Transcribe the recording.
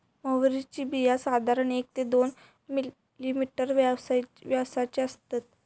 म्होवरीची बिया साधारण एक ते दोन मिलिमीटर व्यासाची असतत